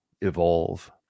evolve